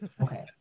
Okay